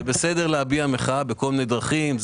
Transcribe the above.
בסדר להביע מחאה בכל מיני דרכים,